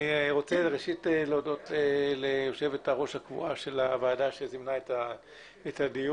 אני רוצה להודות ליושבת הראש הקבועה של הוועדה שזימנה את הדיון.